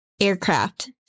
aircraft